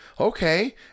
Okay